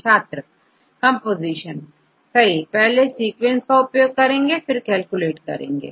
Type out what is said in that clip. छात्र कंपोजीशन सही पहले हम सीक्वेंस का उपयोग करेंगे और फिर कैलकुलेट करेंगे